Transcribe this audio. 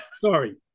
Sorry